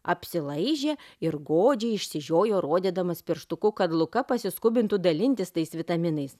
apsilaižė ir godžiai išsižiojo rodydamas pirštuku kad luka pasiskubintų dalintis tais vitaminais